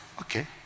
okay